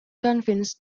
convinced